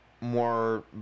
more